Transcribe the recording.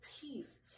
peace